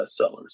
bestsellers